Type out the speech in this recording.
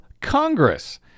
Congress